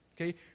okay